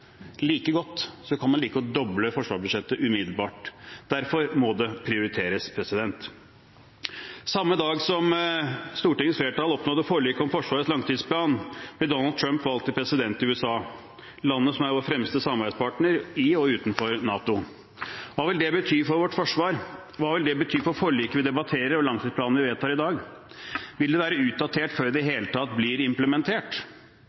like godt doble forsvarsbudsjettet umiddelbart. Derfor må det prioriteres. Samme dag som Stortingets flertall oppnådde forlik om Forsvarets langtidsplan, ble Donald Trump valgt til president i USA, landet som er vår fremste samarbeidspartner i og utenfor NATO. Hva vil det bety for vårt forsvar? Hva vil det bety for forliket vi debatterer og langtidsplanen vi vedtar i dag? Vil dette være utdatert før det i det hele tatt blir implementert?